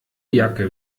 jacke